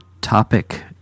topic